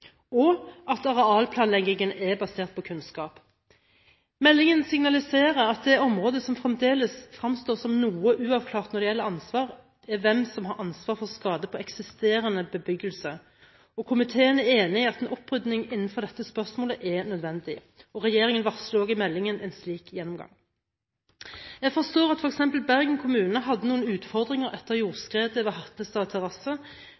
og at arealplanleggingen er basert på kunnskap. Meldingen signaliserer at det området som fremdeles fremstår som noe uavklart når det gjelder ansvar, er hvem som har ansvar for skade på eksisterende bebyggelse, og komiteen er enig i at en opprydding når det gjelder dette spørsmålet, er nødvendig. Regjeringen varsler i meldingen en slik gjennomgang. Jeg forstår at f.eks. Bergen kommune hadde noen utfordringer etter jordskredet ved Hatlestad terrasse,